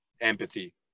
Empathy